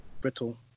Brittle